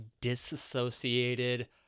disassociated